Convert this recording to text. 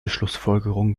schlussfolgerung